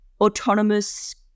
autonomous